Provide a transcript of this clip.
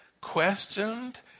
questioned